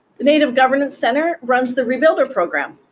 the native governance center runs the rebuilders program,